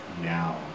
now